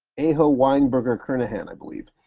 aho weinberger kernighan, i believe,